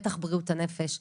בטח בריאות הנפש.